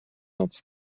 noc